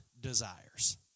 desires